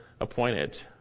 appointed